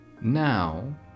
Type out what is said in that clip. Now